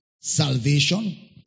Salvation